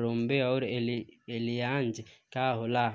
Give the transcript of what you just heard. रोम्वे आउर एलियान्ज का होला